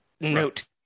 note